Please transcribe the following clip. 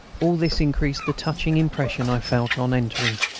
all this increased the touching impression i felt on entering.